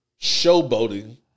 showboating